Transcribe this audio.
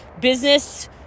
business